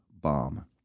bomb